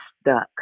stuck